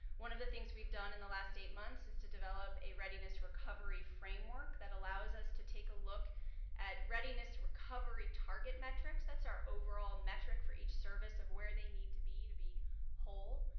one of the things we've done in the last eight months is to develop a readiness recovery framework that allows us to take a look at readiness recovery target metrics, that's our overall metric for each service of where they need to be to be whole.